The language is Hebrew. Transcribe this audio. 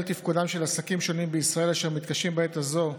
תפקודם של עסקים שונים בישראל אשר מתקשים בעת הזאת,